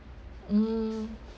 mm